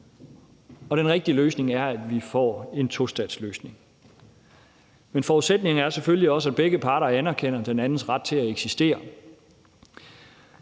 og den rigtige løsning er, at vi får en tostatsløsning. Men forudsætningen er selvfølgelig også, at begge parter anerkender den andens ret til at eksistere,